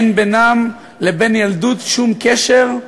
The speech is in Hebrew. אין בינם לבין ילדות שום קשר,